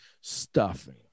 Stuffing